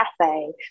cafe